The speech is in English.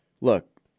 look